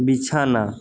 বিছানা